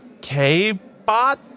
K-bot